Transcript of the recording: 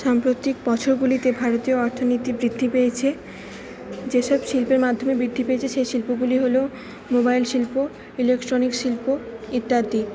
সাম্প্রতিক বছরগুলিতে ভারতীয় অর্থনীতি বৃদ্ধি পেয়েছে যে সব শিল্পর মাধ্যমে বৃদ্ধি পেয়েছে সেই শিল্পগুলি হল মোবাইল শিল্প ইলেকট্রনিক শিল্প ইত্যাদি